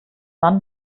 mann